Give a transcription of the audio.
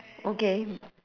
okay